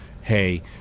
hey